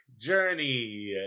journey